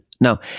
Now